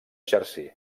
jersey